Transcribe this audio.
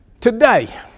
today